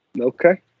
Okay